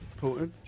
Putin